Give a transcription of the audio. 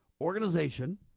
organization